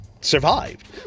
survived